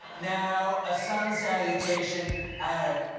now, a sun salutation hi, eric!